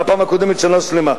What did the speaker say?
לכל המעלות שלו.